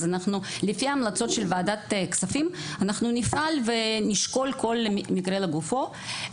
אז אנחנו לפי המלצות של וועדת כספים אנחנו נפעל ונשקול כל מקרה לגופו.